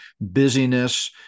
busyness